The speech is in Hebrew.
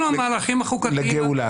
לגאולה.